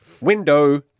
Window